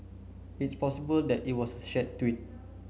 it's possible that it was shared tweet